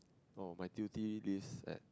oh my duty this at